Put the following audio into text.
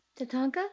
Tatanka